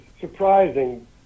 surprising